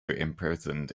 imprisoned